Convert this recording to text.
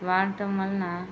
వాడటం వలన